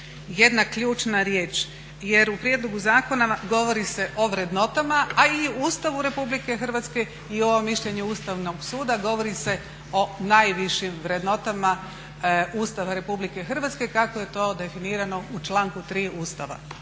jedna ključna riječ jer u prijedlogu zakona govori se o vrednotama a i o Ustavu Republike Hrvatske i ovom mišljenju Ustavnog suda govori se o najvišim vrednotama Ustava Republike Hrvatske kako je to definirano u članku 3. Ustava.